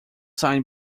signed